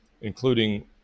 including